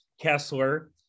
Kessler